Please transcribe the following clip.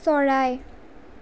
চৰাই